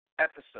Episode